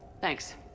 Thanks